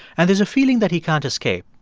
and there's a feeling that he can't escape.